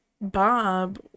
Bob